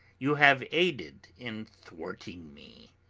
you have aided in thwarting me